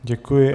Děkuji.